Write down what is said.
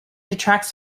attracts